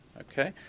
Okay